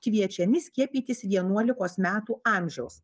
kviečiami skiepytis vienuolikos metų amžiaus